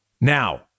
Now